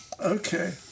okay